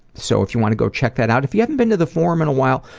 so if you want to go check that out if you haven't been to the forum in a while,